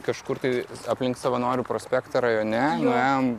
kažkur tai aplink savanorių prospektą rajone nuėjom